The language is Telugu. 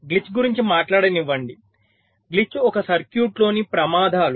గ్లిచ్ గురించి మాట్లాడనివ్వండి గ్లిచ్ ఒక సర్క్యూట్లోని ప్రమాదాలు